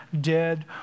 dead